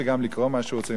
וגם לקרוא מה שהוא רוצה,